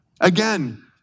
Again